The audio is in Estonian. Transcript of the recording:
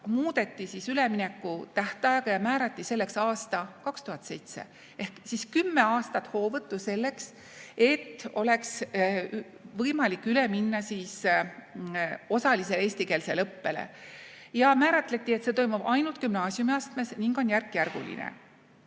muudeti ülemineku tähtaega ja määrati selleks aasta 2007. Ehk siis 10 aastat hoovõttu selleks, et oleks võimalik üle minna osalisele eestikeelsele õppele. Ja määratleti, et see toimub ainult gümnaasiumiastmes ning on järkjärguline.